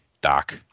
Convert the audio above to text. doc